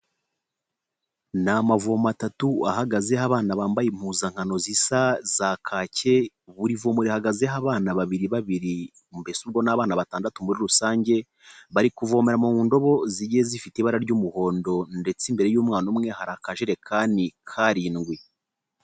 Ni amavomo atatu ahagazeho abana bambaye impuzankano zisa za kake, buri vumo rihagazeho abana babiri babiri mbese ubwo n'abana batandatu muri rusange, bari kuvomera mu ndobo zigiye zifite ibara ry'umuhondo ndetse imbere y'umwana umwe hari akajerekani k'arindwi.